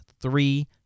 three